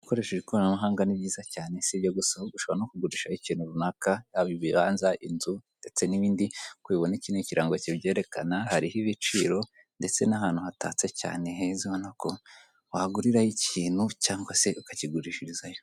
Ukoresheje ikoranabuhanga ni byiza cyane, si ibyo gusa, ushobora no kugurisha ikintu runaka, yaba ibibanza, inzu, ndetse n'ibindi, nk'uko ubibona iki ni ikirango kibyerekana, hariho ibiciro ndetse n'ahantu hatatse cyane heza ubona ko wagurirayo ikintu cyangwa se ukakigurishirizayo.